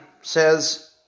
says